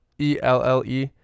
e-l-l-e